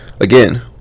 again